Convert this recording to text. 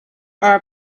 are